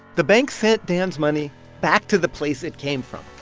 the bank sent dan's money back to the place it came from,